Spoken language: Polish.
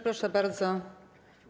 Proszę bardzo.